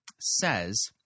says